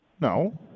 No